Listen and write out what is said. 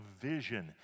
vision